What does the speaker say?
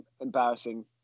embarrassing